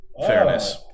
fairness